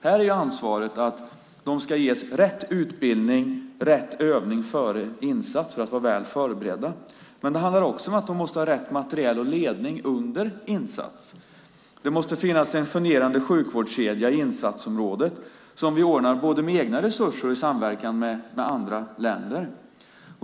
Här är ansvaret att de ska ges rätt utbildning och rätt övning före insats för att vara väl förberedda. Det handlar också om att de måste ha rätt materiel och ledning under insats. Det måste finnas en fungerande sjukvårdskedja i insatsområdet, vilket vi ordnar både med egna resurser och i samverkan med andra länder.